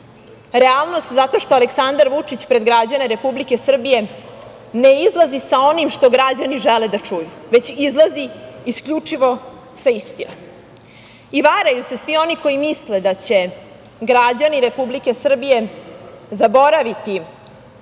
Realnost zato što Aleksandar Vučić pred građane Republike Srbije ne izlazi sa onim što građani žele da čuju, već izlazi isključivo sa istinom. I varaju se svi oni koji misle da će građani Republike Srbije zaboraviti